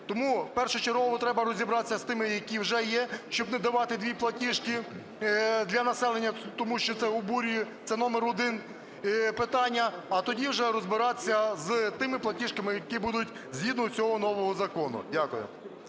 Тому першочергово треба розібратися з тими, які вже є, щоб не давати дві платіжки для населення, тому що це обурює. Це номер один питання. А тоді вже розбиратися з тими платіжками, які будуть згідно цього нового закону. Дякую.